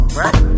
right